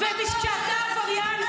למה את קוראת לו שר עבריין?